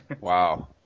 Wow